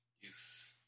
Youth